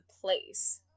place